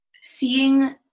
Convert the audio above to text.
seeing